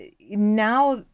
now